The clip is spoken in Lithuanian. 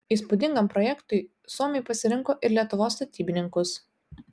įspūdingam projektui suomiai pasirinko ir lietuvos statybininkus